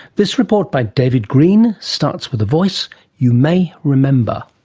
this report by david green starts with a voice you may remember.